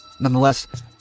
Nonetheless